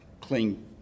clean